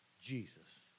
Jesus